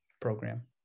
program